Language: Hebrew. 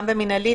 גם במנהלי,